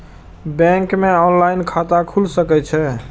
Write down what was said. Bank में online खाता खुल सके छे?